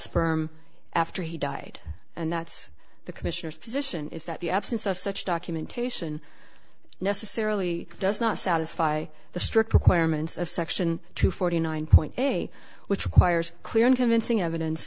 sperm after he died and that's the commissioner's position is that the absence of such documentation necessarily does not satisfy the strict requirements of section two forty nine point eight which requires clear and convincing evidence